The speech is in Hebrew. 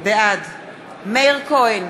בעד מאיר כהן,